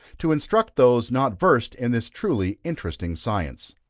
to instruct those not versed in this truly interesting science.